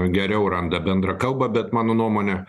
geriau randa bendrą kalbą bet mano nuomone